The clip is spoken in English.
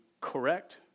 correct